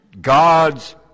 God's